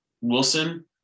Wilson